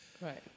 Right